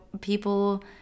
people